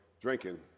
drinking